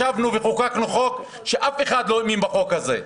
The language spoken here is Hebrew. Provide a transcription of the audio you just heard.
ישבנו וחוקקנו חוק, שאף אחד לא האמין בחוק הזה.